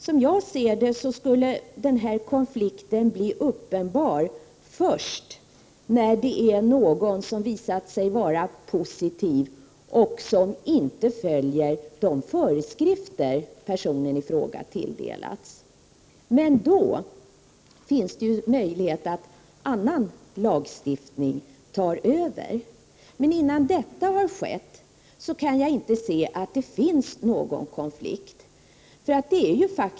Enligt mitt sätt att se skulle konflikten bli uppenbar först då någon som visat sig vara HIV-positiv inte följer de föreskrifter personen i fråga förelagts. I det läget finns möjlighet att annan lagstiftning tar över. Innan så har skett kan jag inte se att det föreligger någon konflikt.